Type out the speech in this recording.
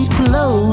blow